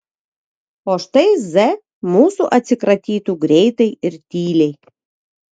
o štai z mūsų atsikratytų greitai ir tyliai